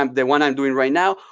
um the one i'm doing right now.